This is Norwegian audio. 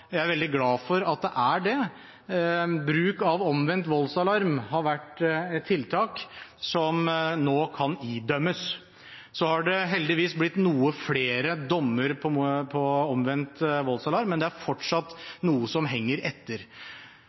jeg er veldig glad for at det er det. Bruk av omvendt voldsalarm har vært et tiltak som nå kan idømmes. Så har det heldigvis blitt noen flere dommer på omvendt voldsalarm, men det er fortsatt noe som henger etter.